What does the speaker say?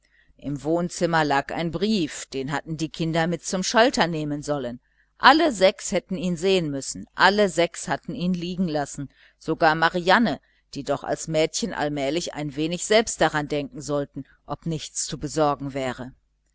im wohnzimmer lag ein brief den hätten die kinder mit zum schalter nehmen sollen alle sechs hatten sie ihn sehen müssen alle sechs hatten ihn liegen lassen sogar marianne die doch als mädchen allmählich ein wenig selbst daran denken sollten ob nichts zu besorgen wäre